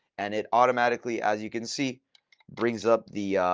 and it automatically as you can see brings up the